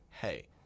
hey